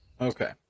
Okay